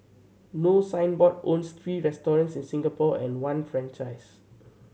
no signboard owns three restaurants in Singapore and one franchise